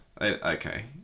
okay